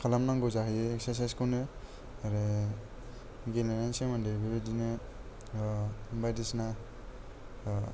खालाम नांगौ जाहैयो एक्सारसाइसखौनो आरो गेलेनायनि सोमोन्दै बेबायदिनो बायदिसिना